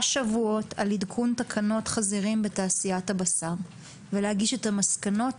שבועות על עדכון תקנות חזירים בתעשיית הבשר ולהגיש את המסקנות